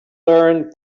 learned